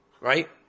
right